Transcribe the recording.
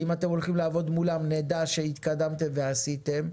אם אתם הולכים לעבוד מולם, נדע שהתקדמתם ועשיתם.